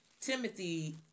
Timothy